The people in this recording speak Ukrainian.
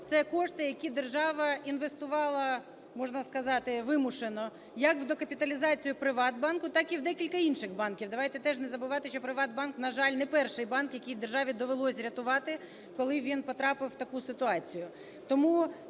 Це кошти, які держава інвестувала, можна сказати, вимушено як в декапіталізацію "ПриватБанку", так і в декілька інших банків. Давайте теж не забувати, що "ПриватБанк", на жаль, не перший банк, який державі довелося рятувати, коли він потрапив у таку ситуацію.